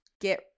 get